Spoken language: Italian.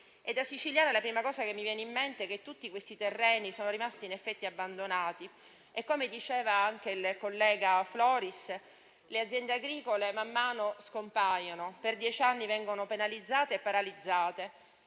Da siciliana, la prima cosa che mi viene in mente è che tutti questi terreni, in effetti, sono rimasti abbandonati. Come diceva anche il collega Floris, le aziende agricole man mano scompaiono, per dieci anni vengono penalizzate e paralizzate